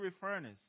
furnace